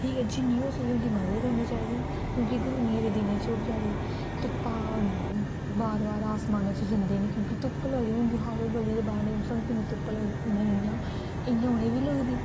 ठीक ऐ जि'न्नी होई सकै उं'दी मदद करनी चाहिदी क्योंकि गर्मियें दे दिनें च ओह् बचैरे धुप्पा बार बार आसमान च जंदे न क्योंकि धुप्प लगदी हून दिक्खो हां आहें बी गली च बाह्र निकलदे सानूं किन्नी धुप्प लगदी जियां इ'यां उ'नें गी बी लगदी